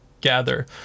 gather